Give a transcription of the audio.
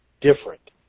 different